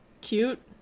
cute